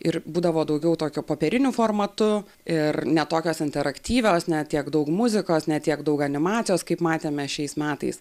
ir būdavo daugiau tokiu popieriniu formatu ir ne tokios interaktyvios ne tiek daug muzikos ne tiek daug animacijos kaip matėme šiais metais